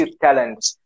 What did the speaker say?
talent